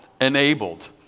enabled